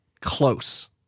close